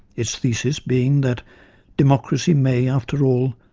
its thesis being that democracy may, after all,